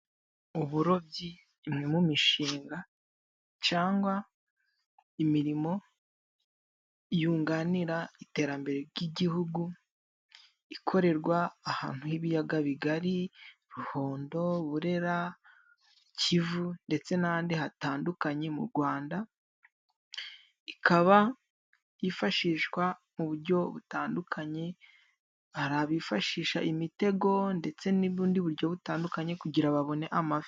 Uburobyi imwe mu mishinga cyangwa imirimo yunganira iterambere ry'igihugu ikorerwa ahantu h'ibiyaga bigari Ruhondo, Burera ,Kivu ndetse n'andi hatandukanye mu gwanda ikaba yifashishwa mu buryo butandukanye hari abifashisha imitego ndetse n'ubundi bujyo butandukanye kugira babone amafi.